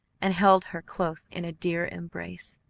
and held her close in a dear embrace.